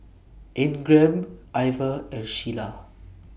Ingram Iver and Shiela